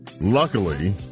Luckily